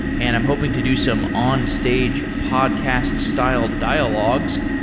and i'm hoping to do some on-stage podcast-style dialogues.